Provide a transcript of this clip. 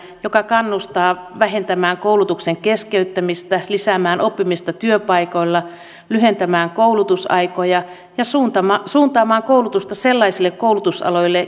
joka kannustaa vähentämään koulutuksen keskeyttämistä lisäämään oppimista työpaikoilla lyhentämään koulutusaikoja ja suuntaamaan suuntaamaan koulutusta sellaisille koulutusaloille